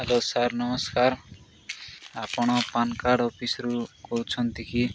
hello sir ନମସ୍କାର ଆପଣ pan card ଅଫିସରୁ କହୁଛନ୍ତି କି